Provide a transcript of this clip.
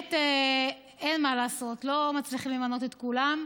שבאמת אין מה לעשות, לא מצליחים למנות את כולם.